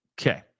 Okay